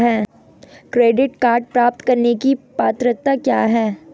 Credit card प्राप्त करने की पात्रता क्या है?